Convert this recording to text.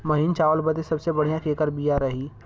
महीन चावल बदे सबसे बढ़िया केकर बिया रही?